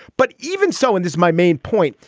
but even so in this, my main point,